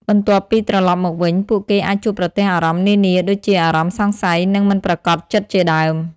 បន្ទាប់ពីត្រឡប់មកវិញ ពួកគេអាចជួបប្រទះអារម្មណ៍នានា ដូចជា អារម្មណ៍សង្ស័យ និងមិនប្រាកដចិត្តជាដើម។